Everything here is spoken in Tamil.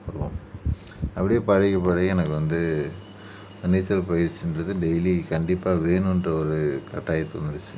வருவோம் அப்படியே பழகி பழகி எனக்கு வந்து நீச்சல் பயிற்சின்றது டெய்லி கண்டிப்பாக வேணுன்ற ஒரு கட்டாயத்துக்கு வந்துருச்சு